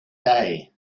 day